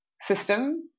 system